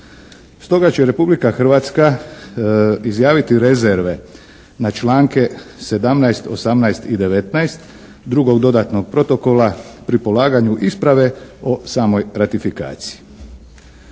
Stoga će Republika Hrvatska izjaviti rezerve na članke 17., 18. i 19. drugog dodatnog protokola pri polaganju isprave o samoj ratifikaciji.